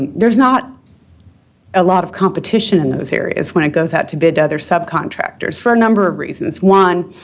and there's not a lot of competition in those areas when it goes out to bid to other subcontractors for a number of reasons. one,